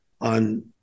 on